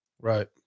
Right